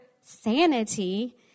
sanity